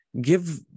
give